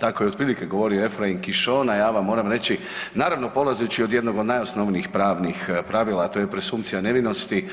Tako je otprilike govorio Ephraim Kishon, a ja vam moram reći, naravno polazeći od jednog od najosnovnijih pravnih pravila, a to je presumpcija nevinosti,